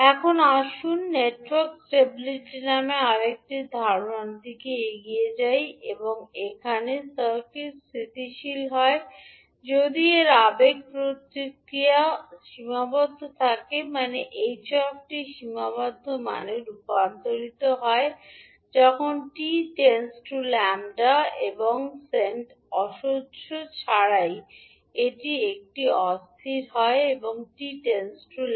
এখন আসুন network stability নামে আরেকটি ধারণার দিকে এগিয়ে যাই এখানে সার্কিট স্থিতিশীল হয় যদি এর আবেগ প্রতিক্রিয়া সীমাবদ্ধ থাকে মানে h 𝑡 সীমাবদ্ধ মানে রূপান্তরিত হয় যখন t→ ∞ এবং সেন্ট অজস্র ছাড়াই যদি এটি অস্থির হয় t →∞